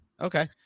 Okay